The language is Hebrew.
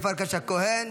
חברת הכנסת אורית פרקש הכהן,